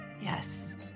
yes